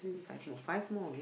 five more five more